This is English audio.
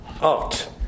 art